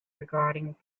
regarding